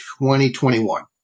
2021